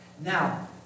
Now